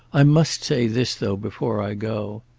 i must say this, though, before i go.